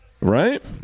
right